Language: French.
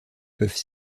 peuvent